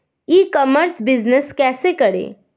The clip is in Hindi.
ई कॉमर्स बिजनेस कैसे करें?